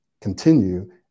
continue